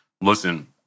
listen